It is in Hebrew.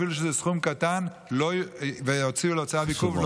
אפילו שזה סכום קטן ויוציאו לו צו עיכוב,